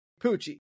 Poochie